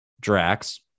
Drax